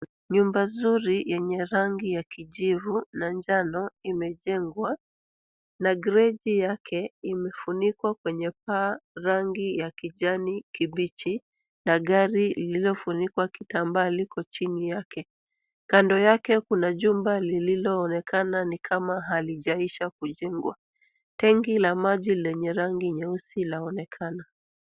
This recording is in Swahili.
Nyumba zuri yenye rangi ya kijivu na njano imejengwa na gridi yake imefunikwa kwenye paa rangi ya kijani kibichi na gari liilofunikwa na kitambaa liko chini yake. Kando yake kuna jumba lililooneana ni kama halijaisha kujengwa. Tenki la maji lenye rangi nyeusi laonekana.